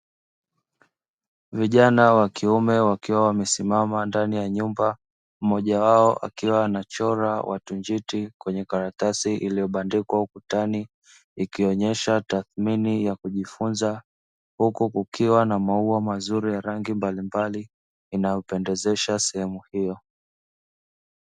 Vijana wa kiume wakiwa wamesimama ndani ya nyumba, mmoja wao akiwa anachora watu njiti kwenye karatasi iliyo bandikwa ukutani. Ikionyesha tathmini ya kujifunza huku kukiwa na maua mazuri ya rangi mbalimbali inayo pendezesha sehemu hiyo.